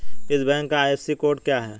इस बैंक का IFSC code क्या है?